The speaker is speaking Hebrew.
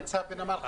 מה המצב בנמל חיפה.